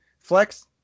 Flex